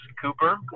Cooper